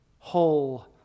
whole